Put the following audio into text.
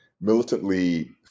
militantly